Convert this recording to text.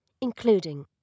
including